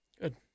Good